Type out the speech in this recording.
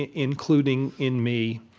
and including in me